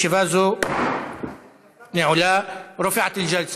לוועדת העבודה, הרווחה והבריאות